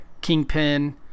kingpin